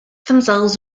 themselves